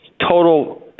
total